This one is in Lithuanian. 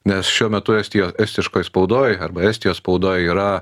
nes šiuo metu estijo estiškoj spaudoj arba estijos spaudoj yra